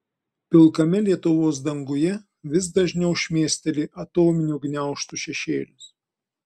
pilkame lietuvos danguje vis dažniau šmėsteli atominių gniaužtų šešėlis